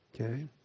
Okay